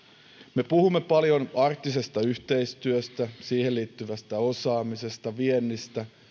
me puhumme paljon arktisesta yhteistyöstä siihen liittyvästä osaamisesta viennistä